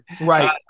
Right